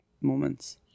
moments